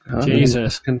Jesus